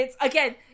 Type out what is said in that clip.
Again